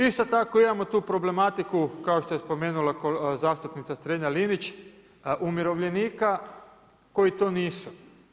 Isto tako imamo tu problematiku kao što je spomenula zastupnica Strenja-Linić, umirovljenika koji to nisu.